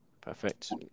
Perfect